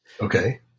Okay